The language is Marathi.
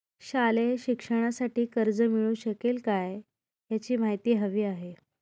शालेय शिक्षणासाठी कर्ज मिळू शकेल काय? याची माहिती हवी आहे